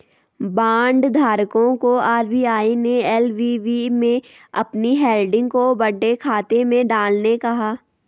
bond धारकों को RBI ने एल.वी.बी में अपनी होल्डिंग को बट्टे खाते में डालने कहा